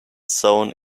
zone